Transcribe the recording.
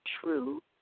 true